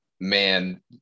man